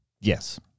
Yes